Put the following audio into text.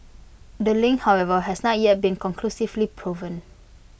the link however has not yet been conclusively proven